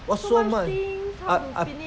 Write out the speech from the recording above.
what so much I I